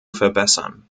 verbessern